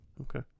Okay